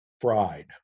Fried